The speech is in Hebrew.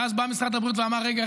ואז בא משרד הבריאות ואמר: רגע,